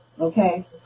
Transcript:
Okay